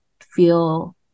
feel